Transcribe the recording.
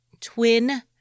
twin